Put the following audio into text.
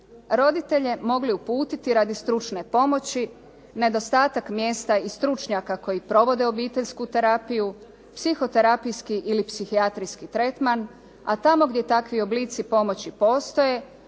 roditelje mogli uputiti radi stručne pomoći, nedostatak mjesta i stručnjaka koji provode obiteljsku terapiju, psihoterapijski ili psihijatrijski tretman, a tamo gdje takvi oblici pomoći postoje